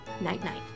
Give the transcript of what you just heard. Night-night